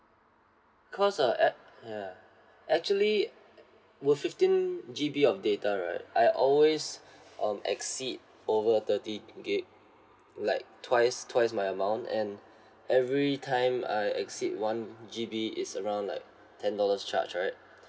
because uh at ya actually with fifteen G_B of data right I always um exceed over thirty gigabyte like twice twice my amount and every time I exceed one G_B is around like ten dollars charge right